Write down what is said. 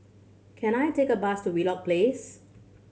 can I take a bus to Wheelock Place